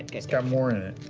and it's got more in it.